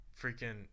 freaking